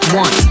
one